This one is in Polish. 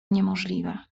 niemożliwe